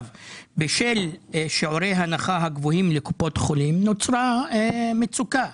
בשל שיעורי ההנחה הגבוהים לקופת החולים נוצרה מצוקה.